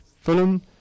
Fulham